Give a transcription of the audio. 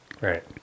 Right